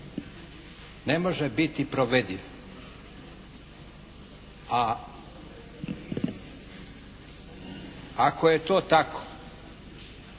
ne može biti provediv, a ako je to tako